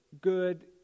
Good